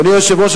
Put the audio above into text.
אדוני היושב-ראש,